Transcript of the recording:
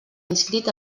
inscrit